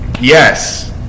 yes